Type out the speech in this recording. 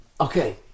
Okay